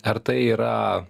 ar tai yra